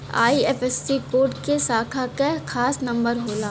IFSC code bank के शाखा क खास नंबर होला